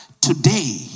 Today